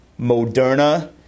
Moderna